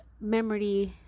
memory